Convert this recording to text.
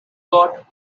got